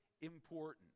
important